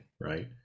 right